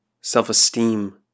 self-esteem